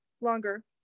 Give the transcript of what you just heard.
longer